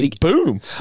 Boom